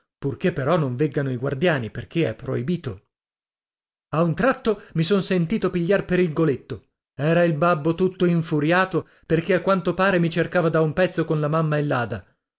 purché però non veggano i guardiani perché è proibito a un tratto mi son sentito pigliar per il goletto era il babbo tutto infuriato perché a quanto pare mi cercava da un pezzo con la mamma e